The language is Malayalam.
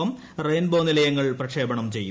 എം റെയിൻ ബോ നിലയങ്ങൾ പ്രക്ഷേപണം ചെയ്യും